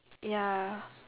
ya